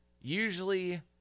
usually